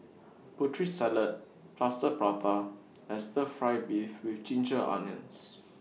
Putri Salad Plaster Prata and Stir Fry Beef with Ginger Onions